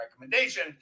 recommendation